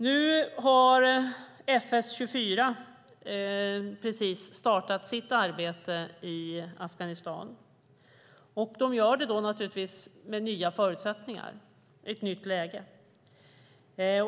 Nu har FN:s 24 precis startat sitt arbete i Afghanistan. Det gör de naturligtvis med nya förutsättningar, i ett nytt läge.